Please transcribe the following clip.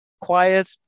quiet